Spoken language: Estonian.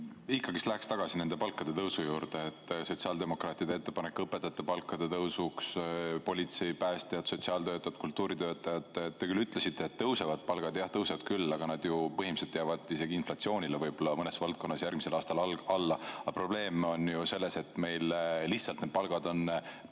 Ikkagi läheks tagasi palkade tõusu juurde. Sotsiaaldemokraatide ettepanek õpetajate palkade tõusu kohta, politsei, päästjad, sotsiaaltöötajad, kultuuritöötajad. Te küll ütlesite, et palgad tõusevad. Jah, tõusevad küll, aga nad ju põhimõtteliselt jäävad isegi inflatsioonile võib-olla mõnes valdkonnas järgmisel aastal alla. Probleem on ju selles, et meil lihtsalt palgad on